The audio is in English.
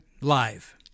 Live